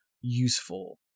useful